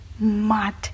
Mad